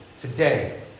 today